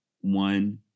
One